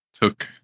took